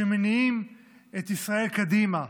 שמניעים את ישראל קדימה,